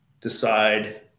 decide